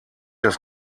das